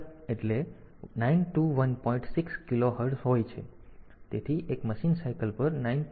6 kilo hertz હોય છે અને તેથી એક મશીન સાયકલ 1 પર 921